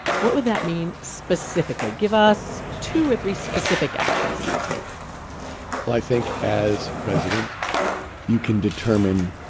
what would that mean specifically? give us two or three specific actions that you would take. well i think as president you can determine,